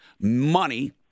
money